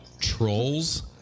Trolls